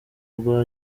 rwa